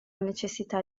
necessità